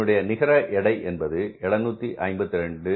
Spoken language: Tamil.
இதனுடைய நிகர எடை என்பது 752